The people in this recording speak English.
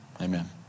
Amen